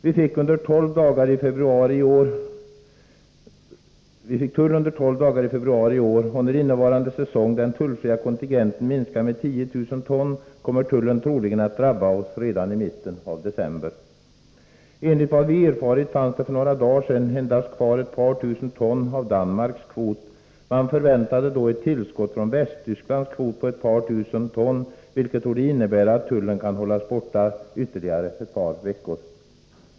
Vi fick tull på sillexporten under tolv dagar i februari i år, och när innevarande säsong den tullfria kontingenten minskas med 10 000 ton kommer tullen troligen att drabba oss redan i mitten av december. Enligt vad vi erfarit fanns det för några dagar sedan endast kvar ett par tusen ton av Danmarks kvot. Man förväntade då ett tillskott från Västtysklands kvot på ett par tusen ton, vilket torde innebära att tullen kan hållas borta ytterligare ett par veckor.